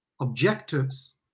objectives